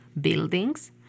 buildings